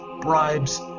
bribes